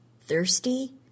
Thirsty